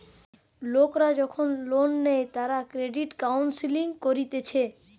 লোকরা যখন লোন নেই তারা ক্রেডিট কাউন্সেলিং করতিছে